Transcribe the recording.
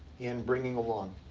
and bringing along.